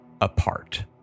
apart